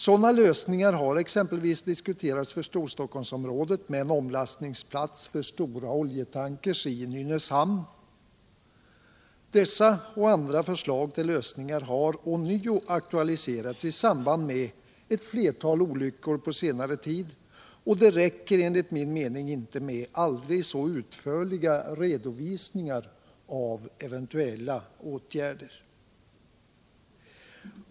Sådana lösningar har exempelvis diskuterats för Storstockholmsområdet med en omlastningsplats för stora oljetankrar i Nynäshamn. Dessa och andra förslag till lösningar har ånyo aktualiserats i samband med ett flertal olyckor på senare tid, och det räcker enligt min mening inte med aldrig så utförliga redovisningar av eventuella åtgärder.